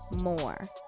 more